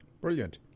Brilliant